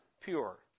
Pure